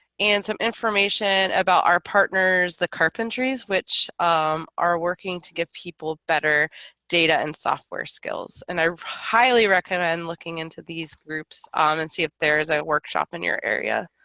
and some information about our partners the carpentries which um are working to give people better data and software skills and i highly recommend looking into these groups um and see if there's a workshop in your area